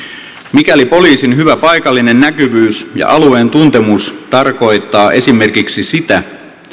mikäli poliisin hyvä paikallinen näkyvyys ja alueentuntemus tarkoittaa esimerkiksi sitä